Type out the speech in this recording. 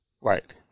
Right